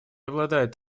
обладает